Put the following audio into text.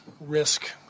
risk